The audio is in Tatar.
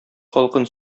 халкын